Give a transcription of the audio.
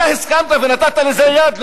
אתה הסכמת ונתת לזה יד,